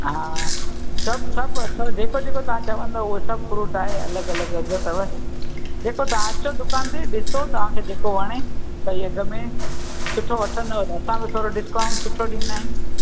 हा सभु सभु अथव जेको जेको तव्हां चवंदव उहे सभु फ्रूट आहे अलॻि अलॻि अघु अथव जेको तव्हां अचो दुकान ते ॾिसो तव्हांखे जेको वणे सही अघ में सुठो वठंदव त असां भी थोरो डिस्काउंट सुठो ॾींदा आहियूं